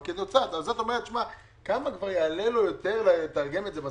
כמה יעלה לו יותר לתרגם את זה?